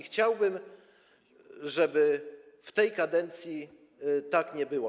Chciałbym, żeby w tej kadencji tak nie było.